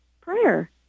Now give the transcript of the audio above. prayer